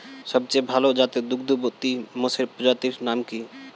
সবচেয়ে ভাল জাতের দুগ্ধবতী মোষের প্রজাতির নাম কি?